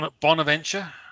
Bonaventure